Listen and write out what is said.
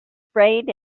sprayed